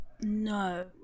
No